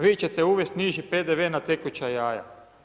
Vi ćete uvesti niži PDV na tekuća jaja.